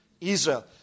Israel